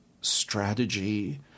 strategy